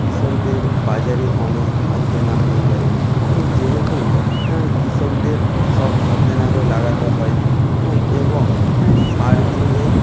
কৃষকদের বাজারে অনেক ধার দেনা হয়ে যায় এবং যেহেতু কৃষকদের সব ধার দেনা করে লাগতে হয় হ্যাঁ এবং সার কিনবে